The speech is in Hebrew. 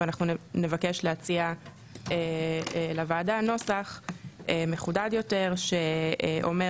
אנחנו נבקש להציע לוועדה נוסח מחודד יותר, שאומר